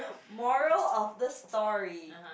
moral of the story